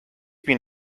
been